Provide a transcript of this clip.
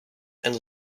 and